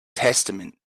testament